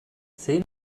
zein